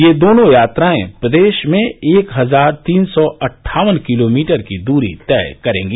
ये दोनों यात्राएं प्रदेश में एक हजार तीन सौ अट्ठावन किलोमीटर की दूरी तय करेंगी